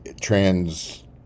trans